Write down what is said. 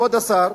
כבוד השר,